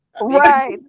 Right